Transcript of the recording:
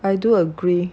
I do agree